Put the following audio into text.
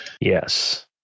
Yes